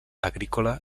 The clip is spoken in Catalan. agrícola